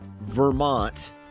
Vermont